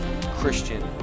Christian